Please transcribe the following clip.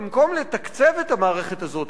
במקום לתקצב את המערכת הזאת,